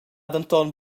denton